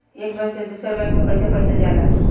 एक बैंक से दूसरे बैंक में कैसे पैसा जाला?